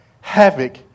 havoc